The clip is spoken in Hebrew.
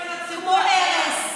כמה ארס,